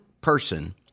person